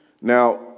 Now